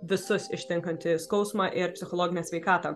visus ištinkantį skausmą ir psichologinę sveikatą